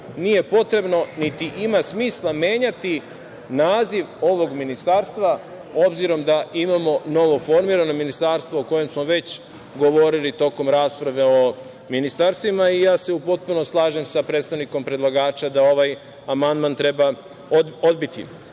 nije potrebno niti ima smisla menjati naziv ovog ministarstva, obzirom da imamo novoformirano ministarstvo o kojem smo već govorili tokom rasprave o ministarstvima i ja se u potpunosti slažem sa predstavnikom predlagača da ovaj amandman treba odbiti. Sa